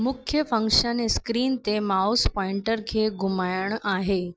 मुख्य function screen ते mouse pointer खे घुमाइणु आहे